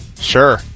Sure